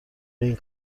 این